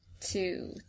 two